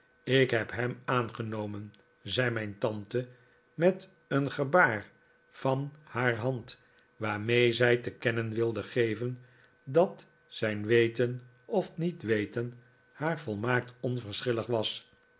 ik heb hem aangenomen zei mijn tante met een gebaar van haar hand waarmee zij te kennen wilde geven dat zijn weten of niet-weten haar volmaakt onverschillig was